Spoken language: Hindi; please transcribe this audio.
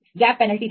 गैप पेनल्टी देना